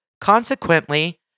Consequently